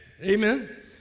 Amen